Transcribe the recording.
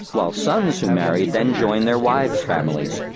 while sons who married then joined their wives' families.